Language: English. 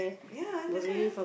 ya and that's why ah